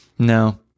No